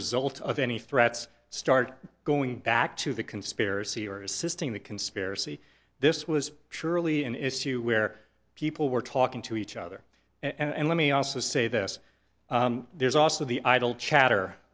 result of any threats start going back to the conspiracy or assisting the conspiracy this was surely an issue where people were talking to each other and let me also say this there's also the idle chatter